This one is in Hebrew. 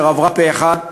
אשר הייתה פה אחד,